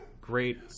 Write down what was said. great